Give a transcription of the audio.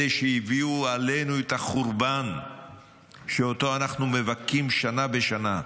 אלה שהביאו עלינו את החורבן שאותו אנחנו מבכים מדי שנה בשנה.